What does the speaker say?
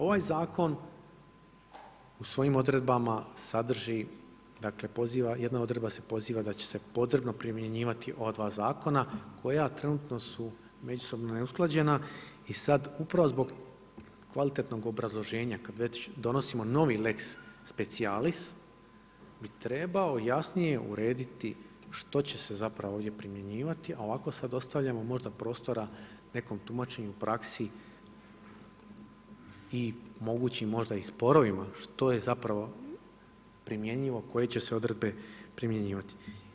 Ovaj zakon u svojim odredbama sadrži, jedna odredba se poziva da će se potrebno primjenjivati ova dva zakona koja trenutno su međusobno neusklađena i sada upravo zbog kvalitetnog obrazloženja kada već donosimo novi lex specialis bi trebao jasnije urediti što će se ovdje primjenjivati, a ovako sada ostavljamo možda prostora nekom tumačenju u praksi i mogućim možda i sporovima što je primjenjivo, koje će se odredbe primjenjivati.